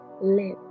live